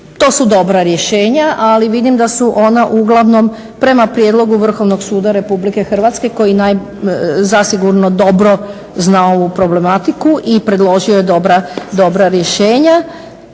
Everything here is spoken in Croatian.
To su dobra rješenja ali vidim da su ona uglavnom prema prijedlogu Vrhovnog suda RH koji zasigurno dobro zna ovu problematiku i predložio je dobra rješenja